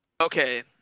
Okay